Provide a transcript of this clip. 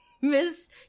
miss